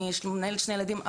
אני מנהלת שני ילדים,